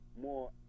more